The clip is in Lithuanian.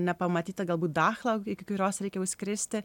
nepamatyta galbūt dacho iki kurios reikia jau skristi